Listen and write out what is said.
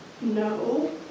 no